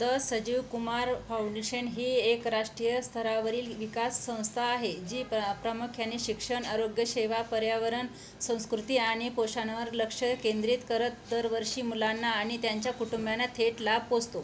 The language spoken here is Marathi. द संजीव कुमार फाऊंडेशन ही एक राष्ट्रीय स्तरावरील विकास संस्था आहे जी पा प्रामुख्याने शिक्षण आरोग्यसेवा पर्यावरण संस्कृती आणि पोषणावर लक्ष केंद्रित करत दर वर्षी मुलांना आणि त्यांच्या कुटुंबांना थेट लाभ पोचवते